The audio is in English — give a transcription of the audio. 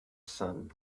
sun